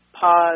pause